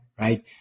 right